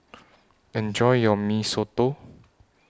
Enjoy your Mee Soto